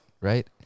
right